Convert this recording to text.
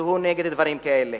שהוא נגד דברים כאלה.